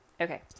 okay